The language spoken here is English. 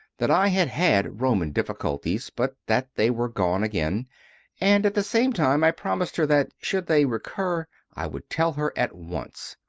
that i had had roman difficulties, but that they were gone again and at the same time i promised her that, should they recur, i would tell her at once.